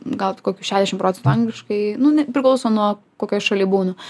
gal tai kokiu šedešimt procentų angliškai nu ne priklauso nuo kokioj šaly būnu